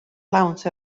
lawnt